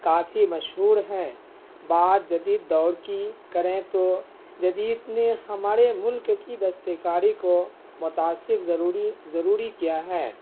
کافی مشہور ہیں بعد جدید دور کی کریں تو جدید نے ہمارے ملک کی دستکاری کو متاثر ضروری ضروری کیا ہے